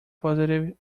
positive